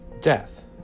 Death